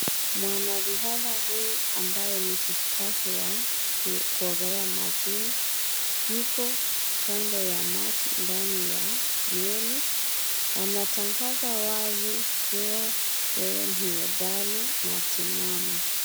Mwanariadha huyu ambaye ni shupavu wa kuogelea majini yupo ndani ya maji ndani ya meli anatangaza wazi kuwa yeye ni hodari na timamu.